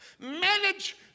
manage